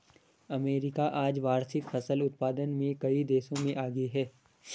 America आज वार्षिक फसल उत्पादन में कई देशों से आगे है